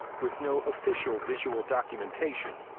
with no official visual documentation,